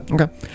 Okay